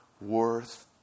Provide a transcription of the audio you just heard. worth